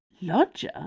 Lodger